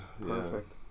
perfect